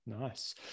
nice